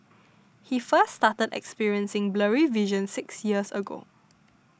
he first started experiencing blurry vision six years ago